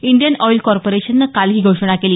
Indian oil कॉर्पोरेशननं काल ही घोषणा केली